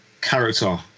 character